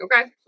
okay